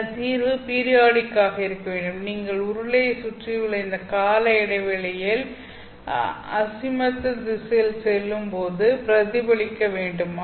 எனது தீர்வு பீரியாடிக் ஆக இருக்க வேண்டும் நீங்கள் உருளையை சுற்றியுள்ள இந்த கால இடைவெளியை நீங்கள் அசிமதல் திசையில் செல்லும்போது பிரதிபலிக்க வேண்டும்